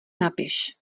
napiš